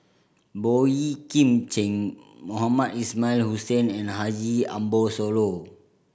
Boey Kim Cheng Mohamed Ismail Hussain and Haji Ambo Sooloh